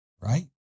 Right